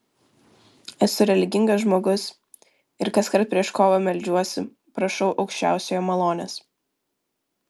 esu religingas žmogus ir kaskart prieš kovą meldžiuosi prašau aukščiausiojo malonės